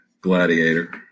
Gladiator